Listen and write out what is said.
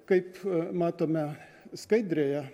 kaip matome skaidrėje